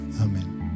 Amen